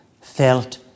felt